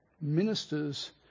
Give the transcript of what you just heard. ministers